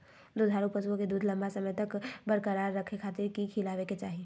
दुधारू पशुओं के दूध लंबा समय तक बरकरार रखे खातिर की खिलावे के चाही?